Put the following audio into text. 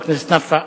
חבר הכנסת נפאע,